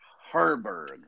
Harburg